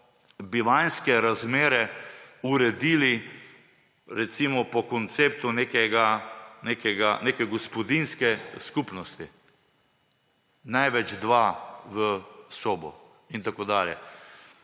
bivanjske razmere uredili recimo po konceptu neke gospodinjske skupnosti. Največ dva v sobo. In tako dalje.